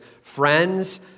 friends